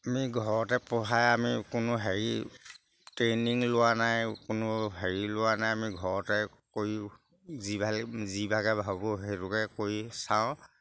আমি ঘৰতে পোহাই আমি কোনো হেৰি ট্ৰেইনিং লোৱা নাই কোনো হেৰি লোৱা নাই আমি ঘৰতে কৰি যি ভালে যিভাগে ভাবোঁ সেইটোকে কৰি চাওঁ